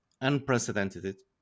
unprecedented